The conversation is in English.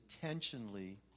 intentionally